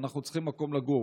אנחנו צריכים מקום לגור.